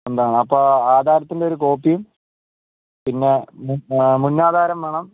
സ്വന്തമാണ് അപ്പോൾ ആധാരത്തിൻ്റെ ഒരു കോപ്പി പിന്നെ മുൻ മുന്നാധാരം വേണം